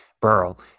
Burl